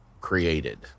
created